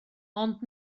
ond